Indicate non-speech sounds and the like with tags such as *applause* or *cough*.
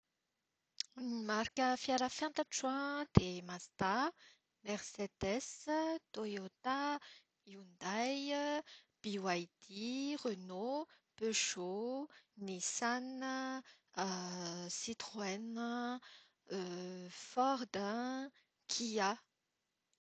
Ny marika fiara fantatro an dia Mazda, Mercedes, Toyota, Hyundai, BYD, Renault, Peugeot, Nissan, *hesitation* Citroen, *hesitation* Ford, Kia.